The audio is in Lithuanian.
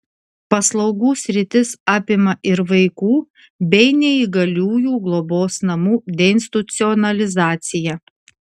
paslaugų sritis apima ir vaikų bei neįgaliųjų globos namų deinstitucionalizaciją